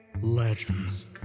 legends